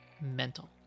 Mental